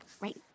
right